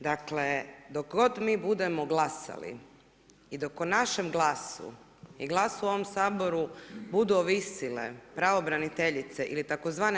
Dakle, dok god mi budemo glasali i dok o našem glasu i glasu u ovom Saboru budu ovisile pravobraniteljice ili tdz.